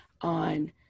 on